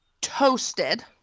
toasted